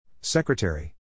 Secretary